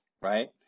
right